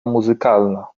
muzykalna